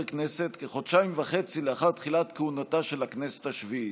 כחודשיים וחצי לאחר תחילת כהונתה של הכנסת השביעית,